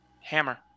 Hammer